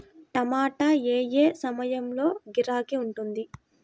టమాటా ఏ ఏ సమయంలో గిరాకీ ఉంటుంది?